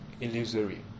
illusory